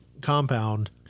compound